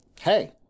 Hey